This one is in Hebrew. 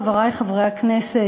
חברי חברי הכנסת,